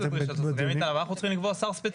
אבל אנחנו צריכים לקבוע שר ספציפי.